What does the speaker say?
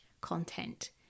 content